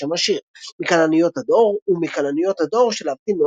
שם השיר "מכלניות עד אור" ו"מכלניות עד אור",